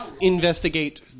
Investigate